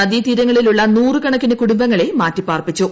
നദീതീരങ്ങളിലുള്ള നൂറുകണക്കിന് കുടുംബങ്ങളെ മാറ്റിപാർപ്പിച്ചു